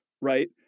right